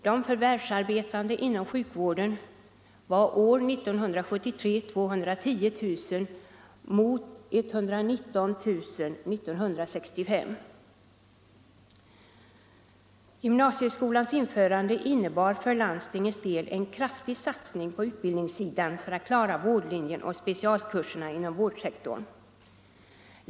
De förvärvsarbetande inom sjukvården var år 1973 210000 mot 119 000 år 1965. Gymnasieskolans införande innebar för landstingens del en kraftig satsning på utbildningssidan för att klara vårdlinjen och specialkurserna inom vårdsektorn.